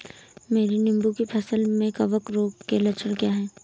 मेरी नींबू की फसल में कवक रोग के लक्षण क्या है?